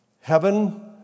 Heaven